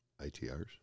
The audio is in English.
ITRs